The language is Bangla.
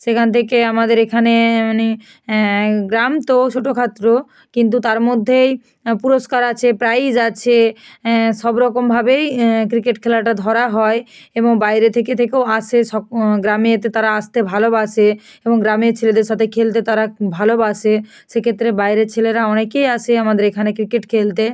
সেখান থেকে আমাদের এখানে মানে গ্রাম তো ছোটো খাটো কিন্তু তার মধ্যেই পুরস্কার আছে প্রাইস আছে সব রকমভাবেই ক্রিকেট খেলাটা ধরা হয় এবং বাইরে থেকে থেকেও আসে সব গ্রামে এতে তারা আসতে ভালোবাসে এবং গ্রামে ছেলেদের সাথে খেলতে তারা ভালোবাসে সেক্ষেত্রে বাইরের ছেলেরা অনেকেই আসে আমাদের এখানে ক্রিকেট খেলতে